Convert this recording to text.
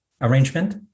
arrangement